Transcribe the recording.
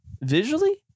visually